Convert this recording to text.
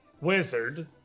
wizard